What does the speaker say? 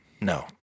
No